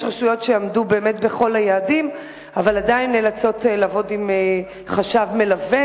יש רשויות שעמדו בכל היעדים אבל עדיין נאלצות לעבוד עם חשב מלווה,